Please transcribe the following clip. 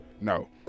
No